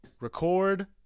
record